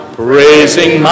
praising